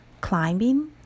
climbing